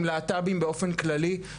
עם להט"ב באופן כללי.